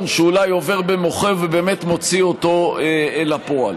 שאולי עובר במוחו ובאמת מוציא אותו אל הפועל.